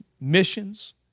missions